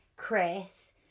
Chris